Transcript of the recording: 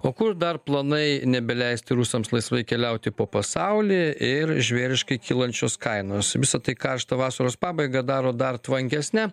o kur dar planai nebeleisti rusams laisvai keliauti po pasaulį ir žvėriškai kylančios kainos visa tai karštą vasaros pabaigą daro dar tvankesne